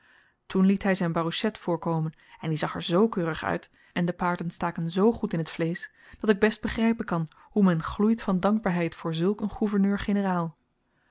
toen liet hy zyn barouchet voorkomen en die zag er z keurig uit en de paarden staken z goed in t vleesch dat ik best begrypen kan hoe men gloeit van dankbaarheid voor zulk een